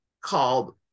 called